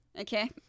Okay